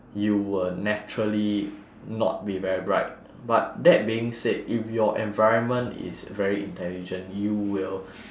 you will naturally not be very bright but that being said if your environment is very intelligent you will